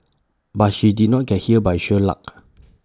but she did not get here by sheer luck